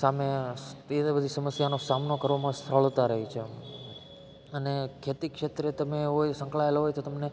સામે તે બધી સમસ્યાનો સામનો કરવામાં સરળતા રહે છે અને ખેતીક્ષેત્રે તમે હોય સંકળાયેલા હોય તો તમને